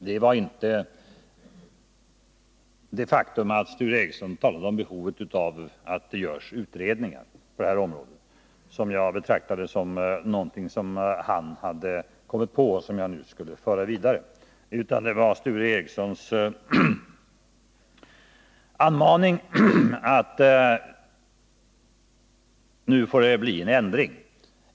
Det var inte det faktum att Sture Ericson talade om behovet att det görs utredningar på det här området som jag betraktade som någonting som han hade kommit på och som han ville att jag nu skulle föra vidare, utan det var Sture Ericsons anmaning: Nu får det bli en ändring!